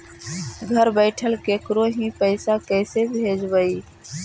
घर बैठल केकरो ही पैसा कैसे भेजबइ?